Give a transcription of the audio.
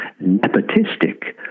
nepotistic